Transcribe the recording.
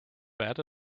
bad